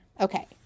Okay